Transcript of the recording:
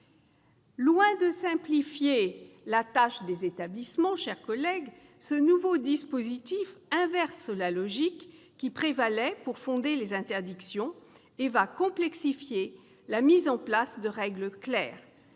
Loin de simplifier la tâche des établissements, ce nouveau dispositif inverse la logique qui prévalait pour fonder les interdictions et va complexifier la mise en place de règles claires